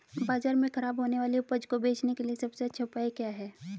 बाजार में खराब होने वाली उपज को बेचने के लिए सबसे अच्छा उपाय क्या है?